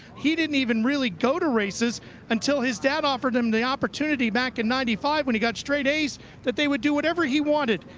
he didn't even really go to races until his dad offered him the opportunity back in ninety five when he got straight as that they would do whatever he wanted.